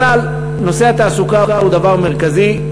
בכלל, נושא התעסוקה הוא דבר מרכזי,